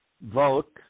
vote